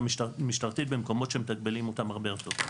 המשטרתית במקומות שמתגמלים אותם הרבה יותר טוב.